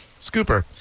Scooper